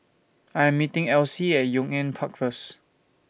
I'm meeting Esley At Yong An Park First